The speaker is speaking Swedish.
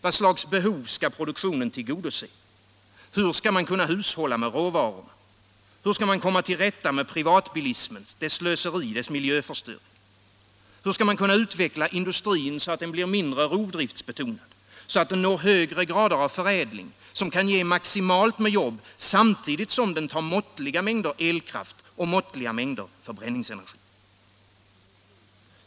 Vad slags behov skall produktionen tillgodose? Hur skall man hushålla med råvarorna? Hur skall man komma till rätta med privatbilismens slöseri och miljöförstöring? Hur skall man kunna utveckla industrin så att den blir mindre rovdriftsbetonad, så att den når höga grader av förädling, som kan ge maximalt med jobb samtidigt som den tar måttliga mängder elkraft och förbränningsenergi?